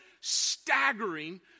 staggering